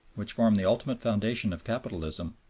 which form the ultimate foundation of capitalism,